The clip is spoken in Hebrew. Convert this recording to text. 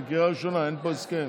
זו קריאה ראשונה, אין פה הסכם.